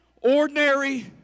ordinary